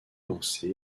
lancé